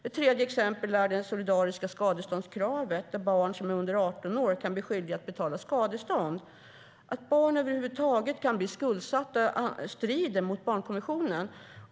Ett tredje exempel är det solidariska skadeståndskravet, där barn som är under 18 år kan bli skyldiga att betala skadestånd. Att barn över huvud taget kan bli skuldsatta strider mot barnkonventionen.